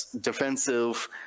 defensive